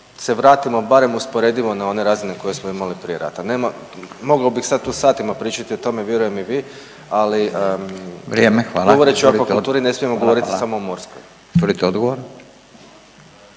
se vratimo barem usporedivo na one razine koje smo imali prije rata. Mogao bih sad tu satima pričati o tome, vjerujem i vi ali … …/Upadica Radin: Vrijeme. Hvala./… … govoreći o aquakulturi ne smijemo govoriti samo o morskoj.